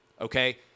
okay